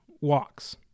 walks